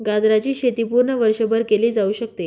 गाजराची शेती पूर्ण वर्षभर केली जाऊ शकते